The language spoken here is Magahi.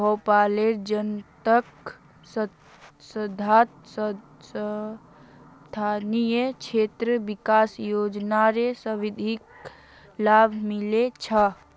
भोपालेर जनताक सांसद स्थानीय क्षेत्र विकास योजनार सर्वाधिक लाभ मिलील छ